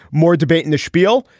more debate in the spiel.